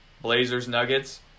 Blazers-Nuggets